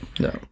no